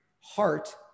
heart